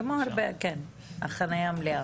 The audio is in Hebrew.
כמו הרבה, החנייה מלאה.